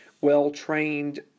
well-trained